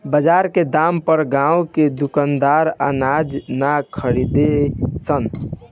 बजार के दाम पर गांव के दुकानदार अनाज ना खरीद सन